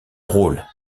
rôle